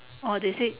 all they say